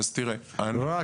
לא.